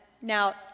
Now